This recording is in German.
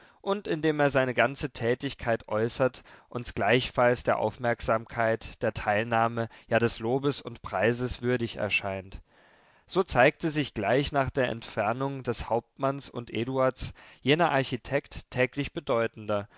und indem er seine ganze tätigkeit äußert uns gleichfalls der aufmerksamkeit der teilnahme ja des lobes und preises würdig erscheint so zeigte sich gleich nach der entfernung des hauptmanns und eduards jener architekt täglich bedeutender